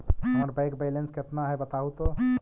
हमर bank balance केतना है बताहु तो?